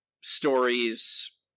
stories